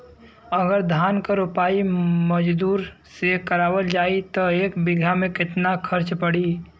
अगर धान क रोपाई मजदूर से करावल जाई त एक बिघा में कितना खर्च पड़ी?